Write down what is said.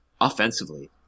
Offensively